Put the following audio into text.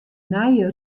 nije